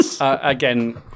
Again